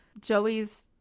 Joey's